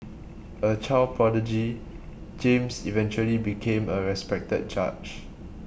a child prodigy James eventually became a respected judge